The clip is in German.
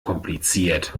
kompliziert